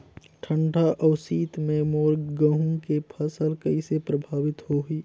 ठंडा अउ शीत मे मोर गहूं के फसल कइसे प्रभावित होही?